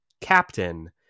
captain